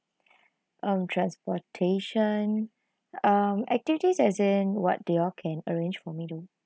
um transportation um activities as in what do you all can arrange for me to